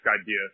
idea